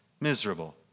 miserable